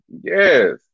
yes